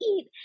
eat